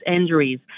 injuries